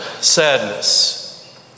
sadness